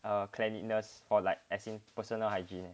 uh cleanliness for like as in personal hygiene